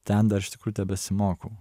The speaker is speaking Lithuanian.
ten dar iš tikrųjų tebesimokau